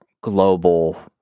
global